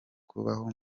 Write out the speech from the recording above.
kubaho